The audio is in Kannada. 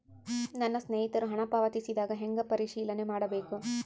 ನನ್ನ ಸ್ನೇಹಿತರು ಹಣ ಪಾವತಿಸಿದಾಗ ಹೆಂಗ ಪರಿಶೇಲನೆ ಮಾಡಬೇಕು?